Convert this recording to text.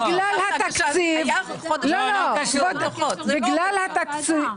אבל היה חודש --- לא, לא, בגלל התקציב.